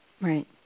Right